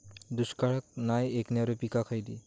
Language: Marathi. दुष्काळाक नाय ऐकणार्यो पीका खयली?